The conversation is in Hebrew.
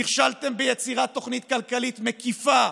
נכשלתם ביצירת תוכנית כלכלית מקיפה,